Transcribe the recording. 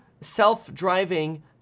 self-driving